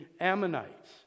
Ammonites